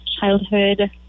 childhood